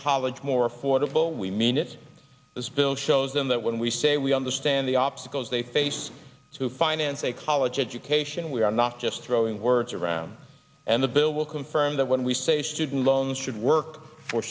college more affordable we mean it was built shows them that when we say we understand the obstacles they face to finance a college education we are not just throwing words around and the bill will confirm that when we say student loans should work for